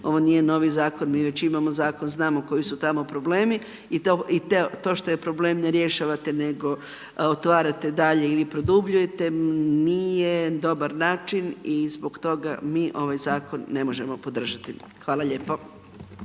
ovo nije novi Zakon, mi već imamo Zakon, znamo koji su tamo problemi i to što je problem ne rješavate nego otvarate dalje ili produbljujete, nije dobar način i zbog toga mi ovaj Zakon ne možemo podržati. Hvala lijepo.